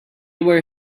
were